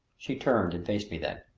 she turned and faced me then.